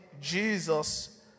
Jesus